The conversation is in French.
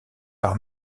par